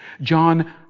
John